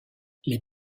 les